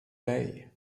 day